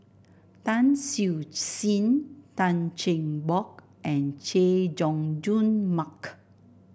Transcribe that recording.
Tan Siew Sin Tan Cheng Bock and Chay Jung Jun Mark